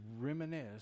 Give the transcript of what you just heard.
reminisce